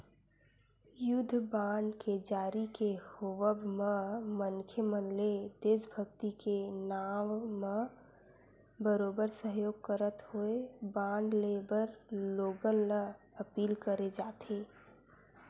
युद्ध बांड के जारी के होवब म मनखे मन ले देसभक्ति के नांव म बरोबर सहयोग करत होय बांड लेय बर लोगन ल अपील करे जाथे